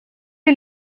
est